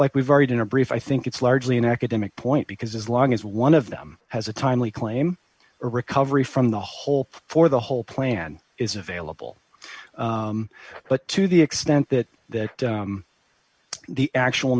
like we've already been a brief i think it's largely an academic point because as long as one of them has a timely claim or recovery from the whole for the whole plan is available but to the extent that that the actual